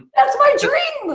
that's my dream!